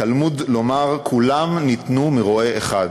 תלמוד לומר: כולם ניתנו מרועה אחד".